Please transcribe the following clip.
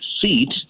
seat